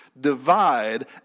divide